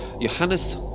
Johannes